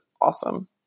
awesome